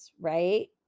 right